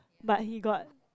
but he got